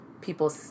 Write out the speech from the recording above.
people